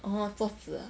嗯桌子啊